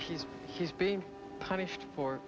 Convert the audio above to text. he's he's being punished for